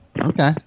Okay